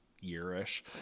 year-ish